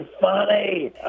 funny